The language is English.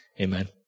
Amen